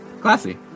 Classy